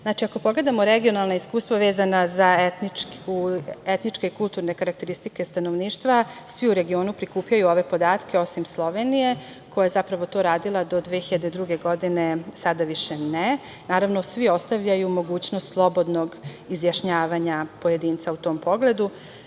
znači, ako pogledamo regionalna iskustva vezana za etničke i kulturne karakteristike stanovništva, svi u regionu prikupljaju ove podatke, osim Slovenije, koja je, zapravo, to radila do 2002. godine, a sada više ne. Naravno, svi ostavljaju mogućnost slobodnog izjašnjavanja pojedinca u tom pogledu. Recimo,